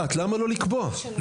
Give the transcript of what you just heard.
להיפך,